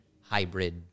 hybrid